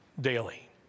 daily